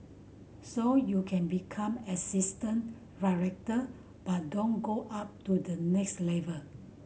so you can become assistant but don't go up to the next level